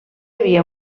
havia